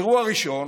אירוע ראשון: